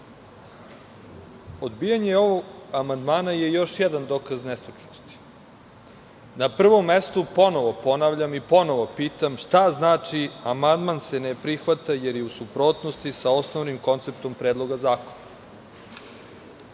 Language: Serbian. odbijanje ovog amandmana je još jedan dokaz nestručnosti. Na prvom mestu, ponovo ponavljam i ponovo pitam, šta znači – amandman se ne prihvata, jer je u suprotnosti sa osnovnim konceptom Predloga